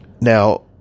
Now